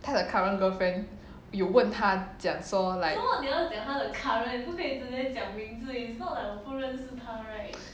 他的 current girlfriend 有问他讲说 like